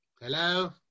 Hello